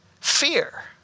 fear